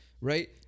right